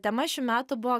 tema šių metų buvo